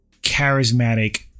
charismatic